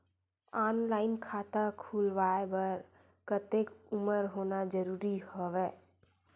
Online खाता खुलवाय बर कतेक उमर होना जरूरी हवय?